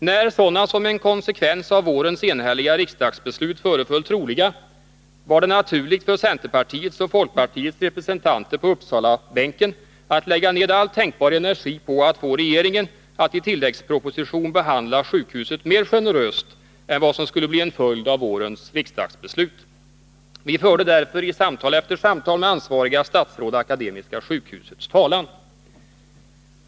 När sådana som en konsekvens av vårens enhälliga riksdagsbeslut föreföll troliga, var det naturligt för centerpartiets och folkpartiets representanter på Uppsalabänken att lägga ned all tänkbar energi på att få regeringen att i tilläggsproposition behandla sjukhuset mera generöst än vad som skulle bli en följd av vårens riksdagsbeslut. Vi förde därför i samtal efter samtal med ansvariga statsråd Akademiska sjukhusets talan.